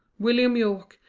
william yorke,